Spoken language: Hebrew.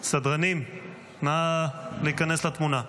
סדרנים, נא להיכנס לתמונה.